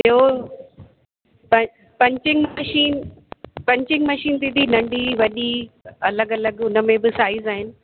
ॿियो प punching machine punching machine दीदी नंढी वॾी अलगि अलगि हुनमें बि साइज़ आहिनि